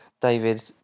David